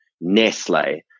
Nestle